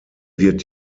wird